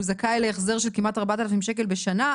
הוא זכאי להחזר של כמעט ארבע אלף שקל בשנה,